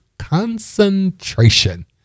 Concentration